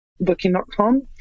Booking.com